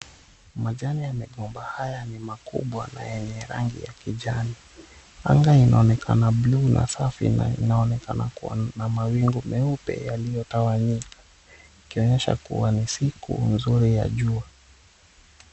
Majani ya migomba haya ni makubwa na yenye rangi ya kijani. Anga inaonekana buluu na safi na inaonekana kuwa na mawingu meupe yaliyotawanyika ikionyesha kuwa ni siku nzuri ya jua.